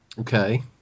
Okay